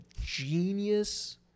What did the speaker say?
genius